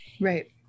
Right